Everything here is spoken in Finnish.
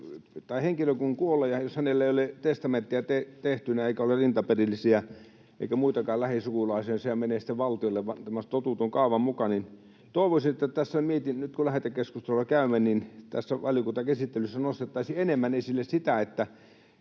Henkilö kun kuolee, ja jos hänellä ei ole testamenttia tehtynä eikä ole rintaperillisiä eikä muitakaan lähisukulaisia, niin sehän menee sitten valtiolle tämän totutun kaavan mukaan, ja toivoisin nyt, kun lähetekeskustelua käymme, että tässä valiokuntakäsittelyssä nostettaisiin enemmän esille sitä, että...